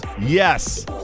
Yes